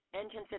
Engine